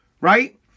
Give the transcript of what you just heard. right